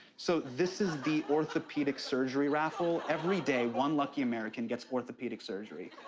so this is the orthopedic surgery raffle. every day, one lucky american gets orthopedic surgery.